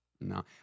no